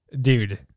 Dude